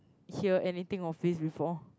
hear anything of this before